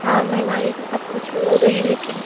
हँ महँगाई तो सब कुछ पर हो गई है लेकिन